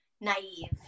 naive